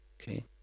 okay